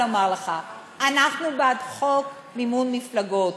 אנחנו בעד חוק מימון מפלגות,